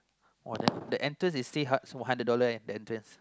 oh the entrance is three hu~ hundred dollar leh the entrance